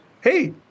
Hey